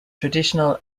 traditional